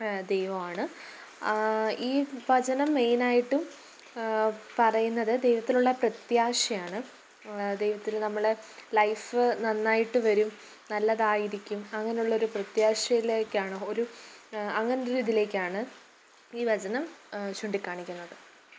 ദൈവമാണ് ഈ വചനം മെയിൻ ആയിട്ടും പറയുന്നത് ദൈവത്തിലുള്ള പ്രത്യാശയാണ് ദൈവത്തിൽ നമ്മൾ ലൈഫ് നന്നായിട്ട് വരും നല്ലതായിരിക്കും അങ്ങനെയുള്ള ഒരു പ്രത്യാശയിലേക്കാണ് ഒരു അങ്ങനെ ഒരു ഇതിലേക്കാണ് ഈ വചനം ചൂണ്ടിക്കാണിക്കുന്നത്